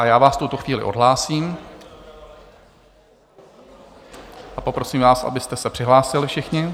Já vás v tuto chvíli odhlásím a poprosím vás, abyste se přihlásili všichni.